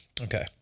Okay